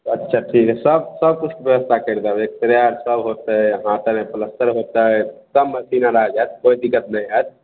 अच्छा ठीक हय सब सबकिछु ब्यवस्था करि देब एक्सरे आर सब होयतै हाँथ आरमे पलस्तर होयतै सब मशीन आर आ जाएत कोइ दिक्कत नहि होएत